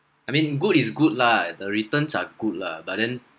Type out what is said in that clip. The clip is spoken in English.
I mean good is good lah the returns are good lah but then